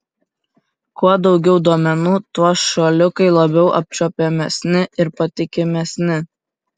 kuo daugiau duomenų tuo šuoliukai labiau apčiuopiamesni ir patikimesni